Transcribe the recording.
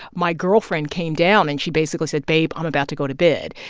my girlfriend came down. and she basically said, babe, i'm about to go to bed.